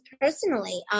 personally